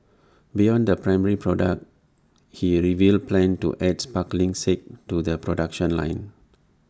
beyond the primary product he revealed plans to adds sparkling sake to the production line